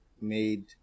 made